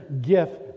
gift